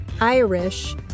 Irish